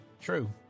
true